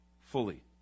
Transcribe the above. fully